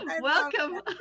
Welcome